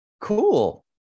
Cool